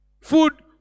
food